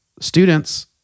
students